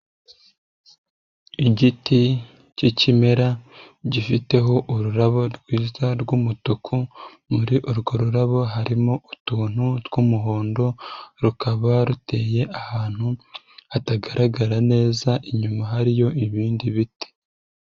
Igiti cy'ikimera gifiteho ururabo rwiza rw'umutuku, muri urwo rurabo harimo utuntu twumuhondo, rukaba ruteye ahantu hatagaragara neza inyuma hariyo ibindi biti.